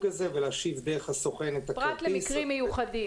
הזה ולהשיב דרך הסוכן את הכרטיס -- פרט למקרים מיוחדים.